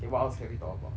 what else can we talk about